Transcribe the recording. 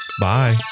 Bye